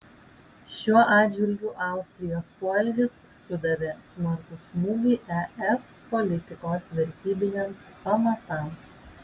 šiuo atžvilgiu austrijos poelgis sudavė smarkų smūgį es politikos vertybiniams pamatams